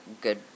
good